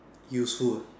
useful uh